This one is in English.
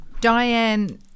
Diane